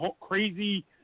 crazy